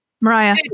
Mariah